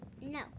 No